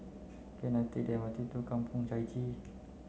can I take the M R T to Kampong Chai Chee